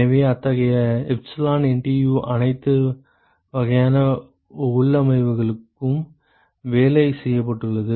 எனவே அத்தகைய எப்சிலான் என்டியு அனைத்து வகையான உள்ளமைவுகளுக்கும் வேலை செய்யப்பட்டுள்ளது